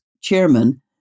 chairman